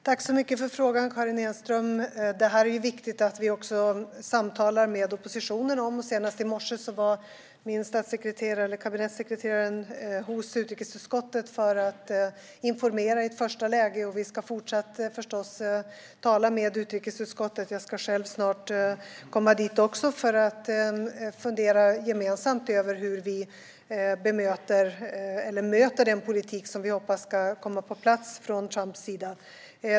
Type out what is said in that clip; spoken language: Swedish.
Herr talman! Tack för frågan, Karin Enström! Det är viktigt att vi samtalar med oppositionen om detta. Senast i morse var kabinettssekreteraren i utrikesutskottet för att informera i ett första läge, och vi ska förstås även fortsättningsvis tala med utrikesutskottet. Jag ska själv snart komma dit för att vi gemensamt ska fundera över hur vi ska möta den politik som vi hoppas ska komma på plats från Trumps sida.